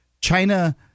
China